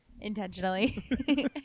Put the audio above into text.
intentionally